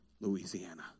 Louisiana